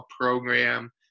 program